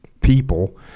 people